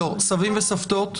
סבים וסבתות?